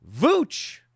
Vooch